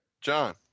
John